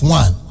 one